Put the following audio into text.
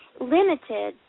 limited